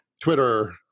Twitter